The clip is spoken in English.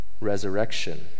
resurrection